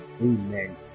amen